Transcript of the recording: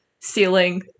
ceiling